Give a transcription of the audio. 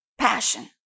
Passion